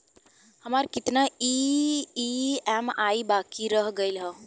हमार कितना ई ई.एम.आई बाकी रह गइल हौ?